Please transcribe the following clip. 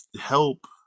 help